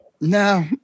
no